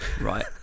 right